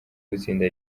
gutsinda